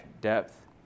depth